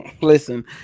listen